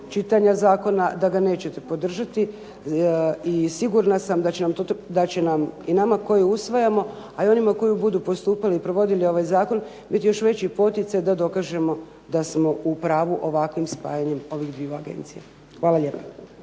čitanja zakona da ga nećete podržati. I sigurna sam da će nam i nama koji usvajamo, a i onima koji budu postupali i provodili ovaj zakon biti još veći poticaj da dokažemo da smo u pravu ovakvim spajanjem ovih dviju agencija. Hvala lijepa.